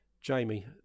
Jamie